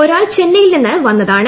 ഒരാൾ ചെന്നൈയിൽ നിന്ന് വെയ്താണ്